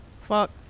Fuck